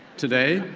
today,